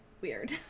weird